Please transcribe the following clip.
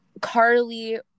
carly